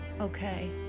okay